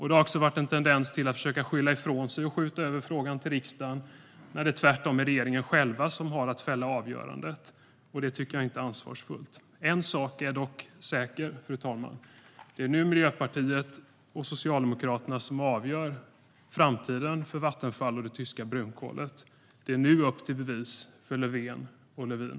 Det har också funnits en tendens att försöka skylla ifrån sig och skjuta över frågan till riksdagen när det är regeringen själv som har att fälla avgörandet. Det tycker jag inte är ansvarsfullt. En sak är dock säker, fru talman: Det är nu Miljöpartiet och Socialdemokraterna som avgör framtiden för Vattenfall och det tyska brunkolet. Det är nu upp till bevis för Löfven och Lövin.